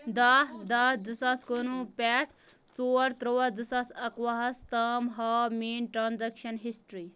دَہ دَہ زٕ ساس کُنوُہ پٮ۪ٹھ ژور تُرٛواہ زٕ ساس اَکوُہ ہَس تام ہاو میٛٲنۍ ٹرٛانٛزیکشن ہِسٹری